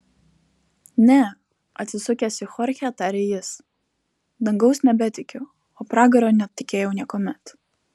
ne atsisukęs į chorchę tarė jis dangaus nebetikiu o pragaro netikėjau niekuomet